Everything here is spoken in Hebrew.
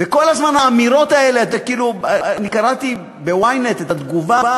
וכל הזמן האמירות האלה, קראתי ב-ynet את התגובה,